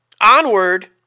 Onward